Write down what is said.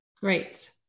Great